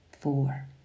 four